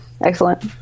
Excellent